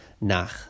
Nach